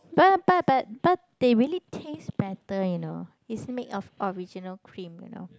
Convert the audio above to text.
but but but but they really taste better you know it's made of original cream you know